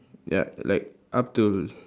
ya like up till